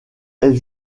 est